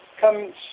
come